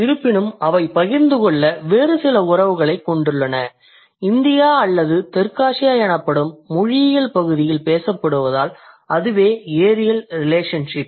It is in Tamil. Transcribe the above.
இருப்பினும் அவை பகிர்ந்து கொள்ள வேறு சில உறவுகளைக் கொண்டுள்ளன இந்தியா அல்லது தெற்காசியா என அழைக்கப்படும் மொழியியல் பகுதியில் பேசப்படுவதால் அதுவே ஏரியல் ரிலேஷன்ஷிப்